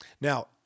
Now